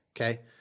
Okay